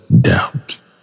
doubt